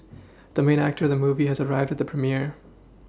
the main actor of the movie has arrived at the premiere